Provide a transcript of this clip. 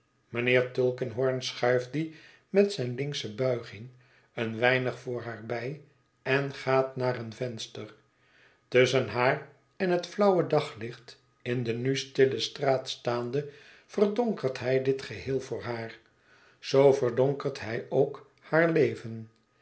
mijnheer tulkinghorn schuift dien met zijne linksche buiging een weinig voor haar bij en gaat naar een venster tusschen haar en het flauwe daglicht in de nu stille straat staande verdonkert hij dit geheel voor haar zoo verdonkert hij ook haar leven